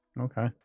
Okay